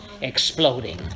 exploding